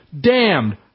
damned